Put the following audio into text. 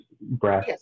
breath